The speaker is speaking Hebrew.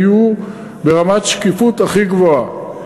יהיו ברמת שקיפות הכי גבוהה.